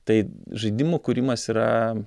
tai žaidimų kūrimas yra